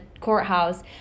courthouse